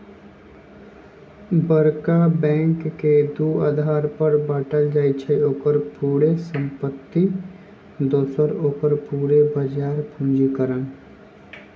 बरका बैंक के दू अधार पर बाटइ छइ, ओकर पूरे संपत्ति दोसर ओकर पूरे बजार पूंजीकरण